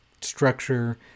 structure